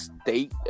state